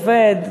עובד,